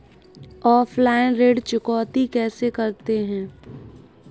Offline ऋण चुकौती कैसे करते हैं?